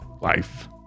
life